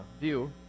view